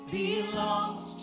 belongs